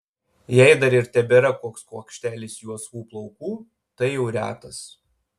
jei dar ir tebėra koks kuokštelis juosvų plaukų tai jau retas